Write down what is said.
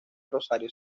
rosario